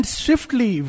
swiftly